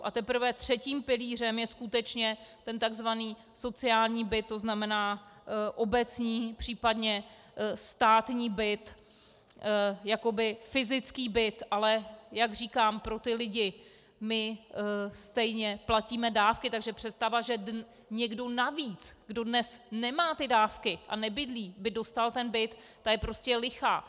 A teprve třetím pilířem je skutečně ten tzv. sociální byt, tzn. obecní, případně státní byt, jakoby fyzický byt, ale jak říkám, pro ty lidi my stejně platíme dávky, takže představa, že někdo navíc, kdo dnes nemá ty dávky a nebydlí, by dostal ten byt, ta je prostě lichá.